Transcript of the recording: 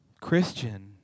Christian